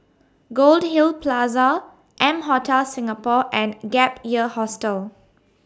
Goldhill Plaza M Hotel Singapore and Gap Year Hostel